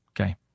Okay